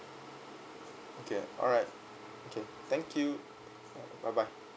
okay alright okay thank you bye bye